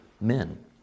men